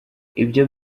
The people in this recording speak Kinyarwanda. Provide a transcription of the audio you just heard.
ibyo